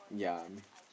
yeah